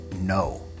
No